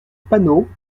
panot